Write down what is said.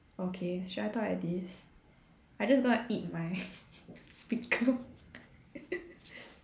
okay should I talk like this I just don't want eat my speaker